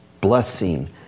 blessing